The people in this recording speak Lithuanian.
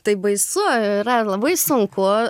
tai baisu yra labai sunku